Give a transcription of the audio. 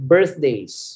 Birthdays